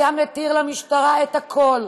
היה מתיר למשטרה את הכול,